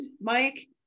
Mike